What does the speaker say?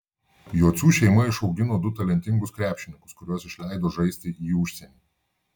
jocių šeima išaugino du talentingus krepšininkus kuriuos išleido žaisti į užsienį